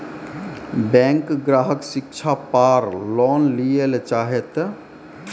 Bank ग्राहक शिक्षा पार लोन लियेल चाहे ते?